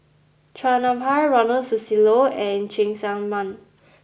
Chua Nam Hai Ronald Susilo and Cheng Tsang Man